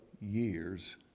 years